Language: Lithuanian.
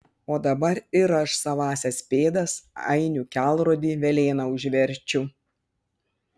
o dabar ir aš savąsias pėdas ainių kelrodį velėna užverčiu